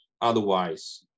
otherwise